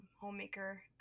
homemaker